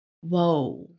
whoa